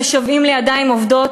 שמשוועים לידיים עובדות,